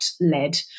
led